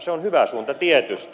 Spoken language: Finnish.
se on hyvä suunta tietysti